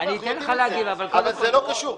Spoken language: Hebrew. אנחנו יודעים את זה, אבל זה לא קשור.